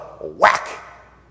Whack